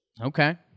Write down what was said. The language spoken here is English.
Okay